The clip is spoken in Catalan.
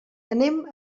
anem